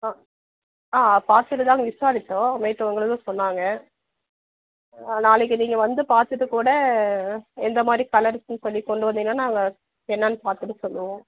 ஆ ஆ ஆ பார்த்துட்டு தான் விசாரித்தோம் நேற்று உங்களை தான் சொன்னாங்க நாளைக்கு நீங்கள் வந்து பார்த்துட்டு கூட எந்த மாதிரி கலர்ஸுன்னு சொல்லி கொண்டு வந்திங்கன்னால் நாங்கள் என்னென்னு பார்த்துட்டு சொல்லுவோம்